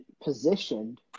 positioned